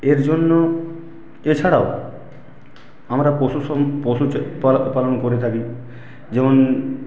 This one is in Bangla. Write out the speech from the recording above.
এর জন্য এছাড়াও আমরা পশু পশুপালন করে থাকি যেমন